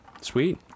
Sweet